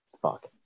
fuck